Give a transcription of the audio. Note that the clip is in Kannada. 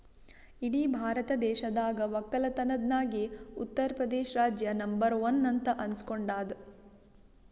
ಇಡೀ ಭಾರತ ದೇಶದಾಗ್ ವಕ್ಕಲತನ್ದಾಗೆ ಉತ್ತರ್ ಪ್ರದೇಶ್ ರಾಜ್ಯ ನಂಬರ್ ಒನ್ ಅಂತ್ ಅನಸ್ಕೊಂಡಾದ್